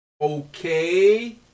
Okay